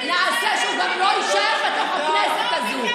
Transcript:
נעשה שהוא גם לא יישאר בתוך הכנסת הזו.